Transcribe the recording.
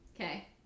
Okay